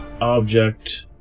object